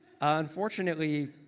Unfortunately